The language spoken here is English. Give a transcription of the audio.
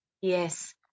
Yes